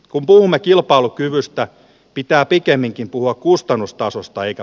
kun puhumme kilpailukyvystä pitää pikemminkin puhua kustannustasosta eikä